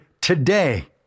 today